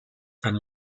and